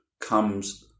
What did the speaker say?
comes